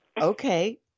Okay